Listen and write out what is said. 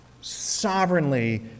sovereignly